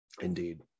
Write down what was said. Indeed